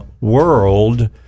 world